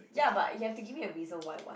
ya but you have to give me a reason why [what]